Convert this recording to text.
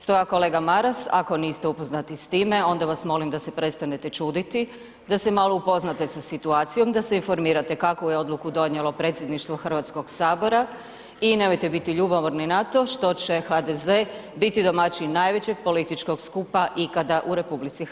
Stoga kolega Maras, ako niste upoznati s time, onda vas molim da se prestanete čuditi, da se malo upoznate sa situacijom, da se informirate kakvu je odluku donijelo predsjedništvo HS i nemojte biti ljubomorni na to što će HDZ biti domaćin najvećeg političkog skupa ikada u RH.